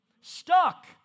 stuck